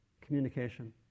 communication